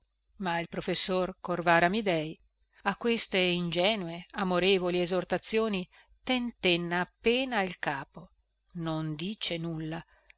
ma il professor corvara amidei a queste ingenue amorevoli esortazioni tentenna appena il capo non dice nulla